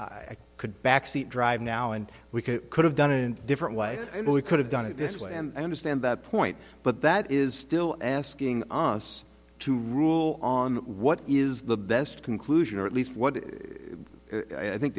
can could back seat drive now and we could could have done it a different way and we could have done it this way and i understand that point but that is still asking us to rule on what is the best conclusion or at least what i think